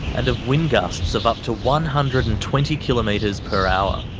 and of wind gusts of up to one hundred and twenty kilometres per hour.